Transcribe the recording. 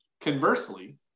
conversely